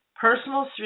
personal